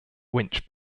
winch